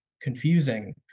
confusing